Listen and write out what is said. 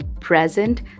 present